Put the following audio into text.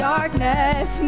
Darkness